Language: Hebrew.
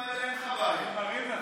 אין לך בעיה, לפגוע בך, אני אוהב אותך.